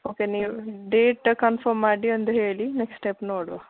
okay ನೀವು date confirm ಮಾಡಿ ಒಂದು ಹೇಳಿ ನೆಕ್ಸ್ಟ್ ಸ್ಟೆಪ್ ನೋಡುವ